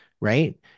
right